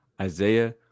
Isaiah